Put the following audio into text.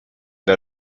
der